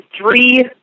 three